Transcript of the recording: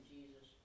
Jesus